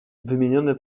wymienione